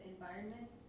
environment